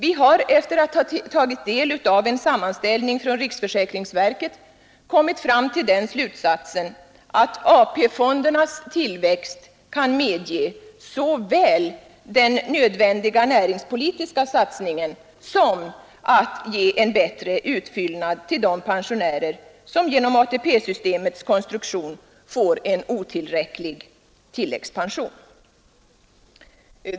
Vi har efter att ha tagit del av en sammanställning från riksförsäkringsverket kommit till den slutsatsen, att AP-fondernas tillväxt kan medge såväl den nödvändiga näringspolitiska satsningen som att ge en bättre utfyllnad till de pensionärer som genom ATP-systemets konstruktion får en otillräcklig tilläggspension.